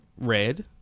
Red